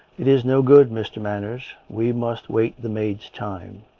it is no good, mr. manners. we must wait the maid's time.